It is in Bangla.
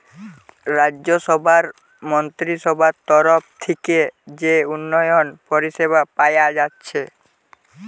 রাজ্যসভার মন্ত্রীসভার তরফ থিকে যে উন্নয়ন পরিষেবা পায়া যাচ্ছে